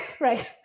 Right